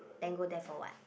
then go there for what